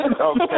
Okay